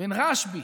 בין רשב"י,